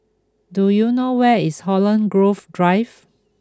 do you know where is Holland Grove Drive